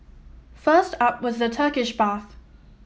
first up was the Turkish bath